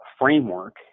framework